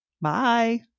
Bye